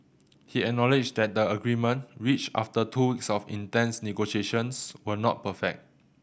he acknowledged that the agreement reached after two weeks of intense negotiations was not perfect